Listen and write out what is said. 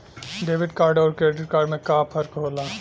Debit card अउर credit card में का फर्क होला?